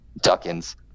duckins